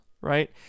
Right